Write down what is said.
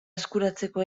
eskuratzeko